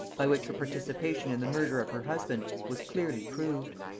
by which her participation in the murder of her husband was clearly proved.